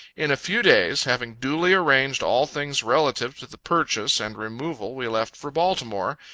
in a few days, having duly arranged all things relative to the purchase and removal, we left for baltimore,